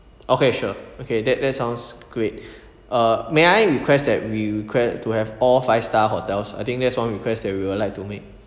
okay sure okay that that sounds great uh may I request that we request to have all five star hotels I think there's one request that we would like to make